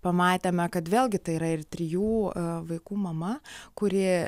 pamatėme kad vėlgi tai yra ir trijų vaikų mama kuri